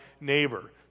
neighbor